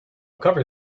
cover